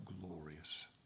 glorious